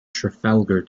trafalgar